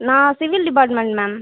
நான் civil department ma'am